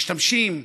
משתמשים,